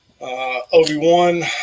Obi-Wan